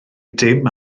dim